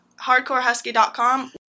hardcorehusky.com